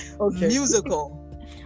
musical